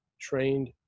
trained